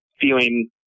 feeling